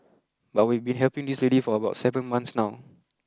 but we've been helping this lady for about seven months now